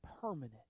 permanent